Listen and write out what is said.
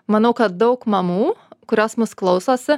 manau kad daug mamų kurios mūsų klausosi